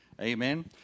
Amen